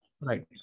Right